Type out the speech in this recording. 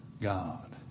God